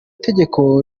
tegeko